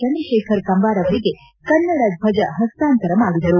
ಚಂದ್ರಶೇಖರ ಕಂಬಾರ ಅವರಿಗೆ ಕನ್ನಡ ದ್ವಜ ಹಸ್ತಾಂತರ ಮಾಡಿದರು